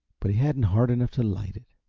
but he hadn't heart enough to light it.